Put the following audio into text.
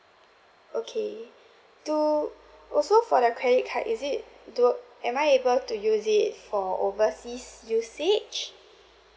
okay to also for the credit card is it do am I able to use it for overseas usage